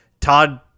Todd